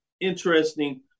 interesting